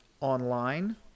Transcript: online